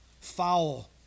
foul